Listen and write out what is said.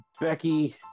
Becky